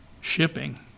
shipping